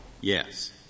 Yes